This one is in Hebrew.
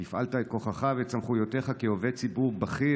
הפעלת את כוחך ואת סמכויותיך כעובד ציבור בכיר